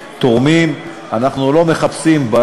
אנחנו לא מחפשים תורמים,